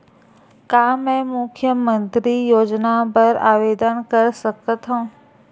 का मैं मुख्यमंतरी योजना बर आवेदन कर सकथव?